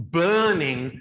burning